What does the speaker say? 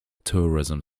tourism